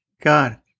God